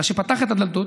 אלא כשהוא פתח את הדלתות,